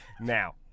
Now